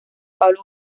pablo